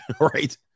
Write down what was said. right